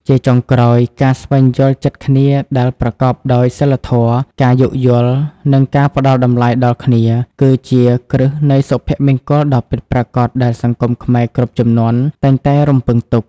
ជាចុងក្រោយ ការស្វែងយល់ចិត្តគ្នាដែលប្រកបដោយសីលធម៌ ការយោគយល់ និងការផ្ដល់តម្លៃដល់គ្នា គឺជាគ្រឹះនៃសុភមង្គលដ៏ពិតប្រាកដដែលសង្គមខ្មែរគ្រប់ជំនាន់តែងតែរំពឹងទុក។